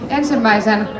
ensimmäisen